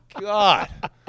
God